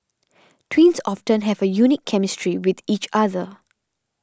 twins often have a unique chemistry with each other